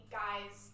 guys